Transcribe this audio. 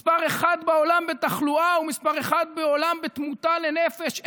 מס' אחת בעולם בתחלואה ומס' אחת בעולם בתמותה לנפש,